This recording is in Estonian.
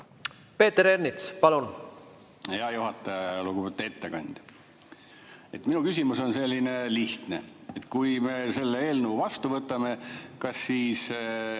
Peeter Ernits, palun! Hea juhataja! Lugupeetud ettekandja! Minu küsimus on selline lihtne: kui me selle eelnõu vastu võtame, kas siis